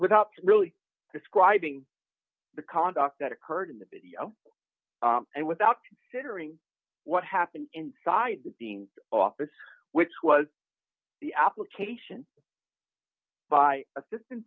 without really describing the conduct that occurred in the video and without considering what happened inside the dean's office which was the application by assistant